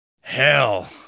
Hell